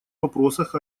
вопросах